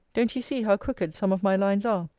don't you see how crooked some of my lines are?